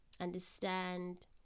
understand